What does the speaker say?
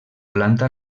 planta